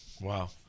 Wow